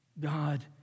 God